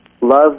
love